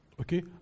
Okay